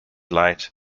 light